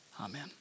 Amen